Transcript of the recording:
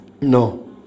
No